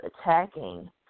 attacking